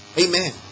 Amen